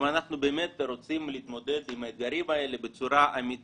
אם אנחנו רוצים באמת להתמודד עם האתגרים האלה בצורה אמיתית,